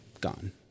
gone